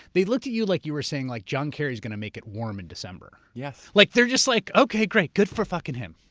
they looked at you like you were saying, like john kerry is going to make it warm in december. yes. like they're just like, okay, great. good for f ah him.